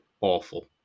Awful